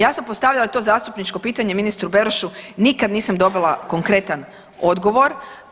Ja sam postavila to zastupničko pitanje ministru Berošu, nikad nisam dobila konkretan odgovor.